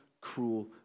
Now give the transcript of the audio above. cruel